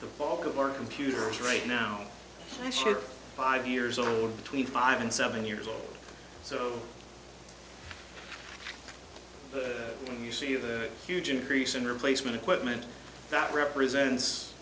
the bulk of our computers right now i should five years old between five and seven years old so you see the huge increase in replacement equipment that represents